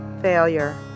Failure